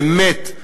באמת,